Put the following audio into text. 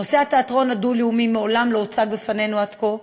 נושא התיאטרון הדו-לאומי לא הוצג בפנינו עד כה.